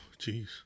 Jeez